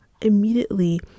immediately